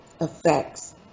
effects